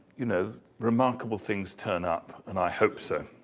you know remarkable things turn up and i hope so.